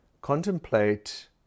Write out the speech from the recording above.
Contemplate